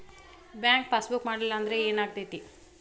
Bank passbook ಮಾಡಲಿಲ್ಲ ಅಂದ್ರೆ ಏನ್ ಆಗ್ತೈತಿ?